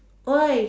why